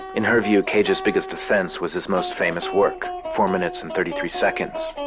in her view, cage's biggest defense was his most famous work four minutes and thirty three seconds,